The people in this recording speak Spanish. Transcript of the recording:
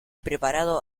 preparado